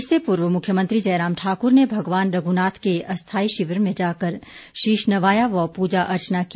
इससे पूर्व मुख्यमंत्री जय राम ठाकुर ने भगवान रघुनाथ के अस्थाई शिविर में जाकर शीश नवाया व पूजा अर्चना की